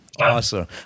Awesome